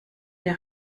der